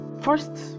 First